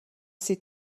ses